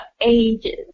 ages